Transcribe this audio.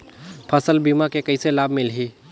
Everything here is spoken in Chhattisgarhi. फसल बीमा के कइसे लाभ मिलही?